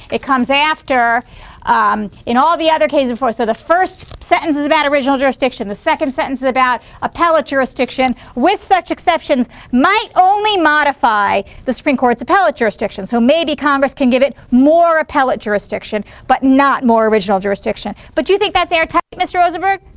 it comes after um in all the other cases before. so the first sentence is about original jurisdiction, the second sentence is about appellate jurisdiction with such exceptions might only modify the supreme court's appellate jurisdiction. so, maybe congress can give it more appellate jurisdiction but not more original jurisdiction. but do you think that's airtight, mr. rosenberg?